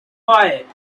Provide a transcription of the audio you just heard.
quiet